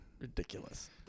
ridiculous